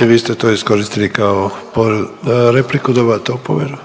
I vi ste to iskoristili kao repliku dobivate opomenu.